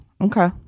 Okay